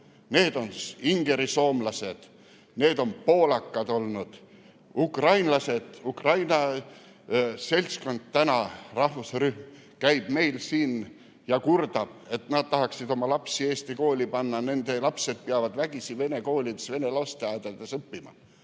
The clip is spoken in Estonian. Need on ingerisoomlased, need on poolakad, ukrainlased. Ukraina seltskond, rahvusrühm, käib meil siin ja kurdab, et nad tahaksid oma lapsi eesti kooli panna, nende lapsed peavad vägisi vene koolis ja vene lasteaias õppima.